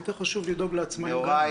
יותר חשוב לדאוג לעצמאים גם כן,